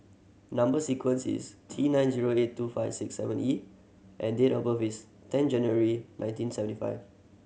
number sequence is T nine zero eight two five six seven E and date of birth is ten January nineteen seventy five